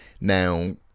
now